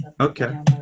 Okay